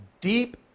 deep